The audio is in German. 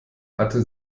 hatte